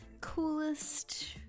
coolest